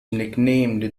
nicknamed